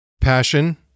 Passion